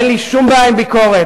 אין לי שום בעיה עם ביקורת.